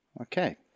Okay